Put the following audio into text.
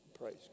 Praise